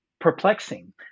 perplexing